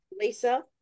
Lisa